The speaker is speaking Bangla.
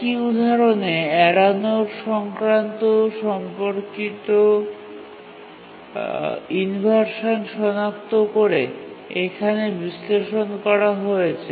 একই উদাহরণে এড়ানো সংক্রান্ত সম্পর্কিত ইনভারসান সনাক্ত করে এখানে বিশ্লেষণ করা হয়েছে